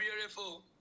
beautiful